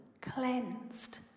cleansed